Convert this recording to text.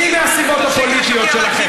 הינה הסיבות הפוליטיות שלכם.